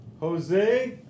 Jose